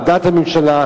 על דעת הממשלה,